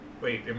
wait